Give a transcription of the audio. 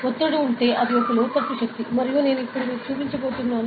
ఒత్తిడి ఉంటే అది ఒక లోతట్టు శక్తి మరియు నేను ఇప్పుడు చూపించబోతున్నాను